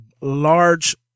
large